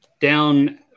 down